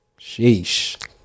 Sheesh